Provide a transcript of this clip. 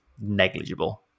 negligible